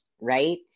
right